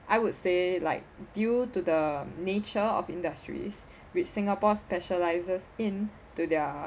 I would say like due to the nature of industries which singapore specialises in to their